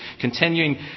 continuing